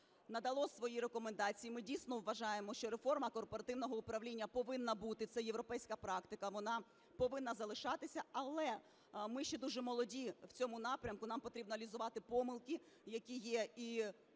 надала свої рекомендації. Ми дійсно вважаємо, що реформа корпоративного управління повинна бути, це європейська практика, вона повинна залишатися, але ми ще дуже молоді в цьому напрямку, нам потрібно аналізувати помилки, які є, і